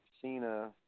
Cena